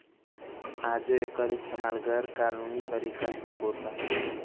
आजो एकर इस्तमाल गैर कानूनी तरीका से होता